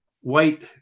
white